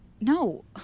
No